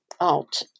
out